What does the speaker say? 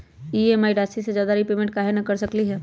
हम ई.एम.आई राशि से ज्यादा रीपेमेंट कहे न कर सकलि ह?